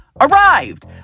arrived